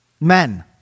Men